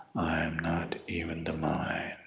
not even the mind.